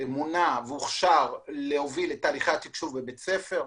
ומונה להוביל את תהליכי התקשוב בבית ספר.